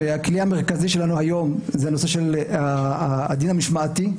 הכלי המרכזי שלנו היום זה הנושא של הדין המשמעתי.